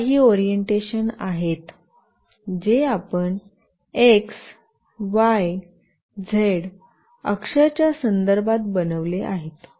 हे काही ओरिएंटेशन आहेत जे आपण x y z अक्षाच्या संदर्भात बनवले आहेत